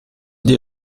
dir